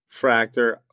Fractor